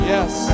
Yes